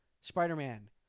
Spider-Man